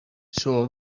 شما